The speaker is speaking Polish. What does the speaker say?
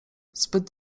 zbyt